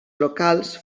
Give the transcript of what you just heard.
locals